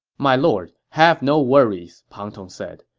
my lord, have no worries, pang tong said.